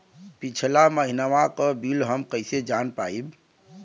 पिछला महिनवा क बिल हम कईसे जान पाइब?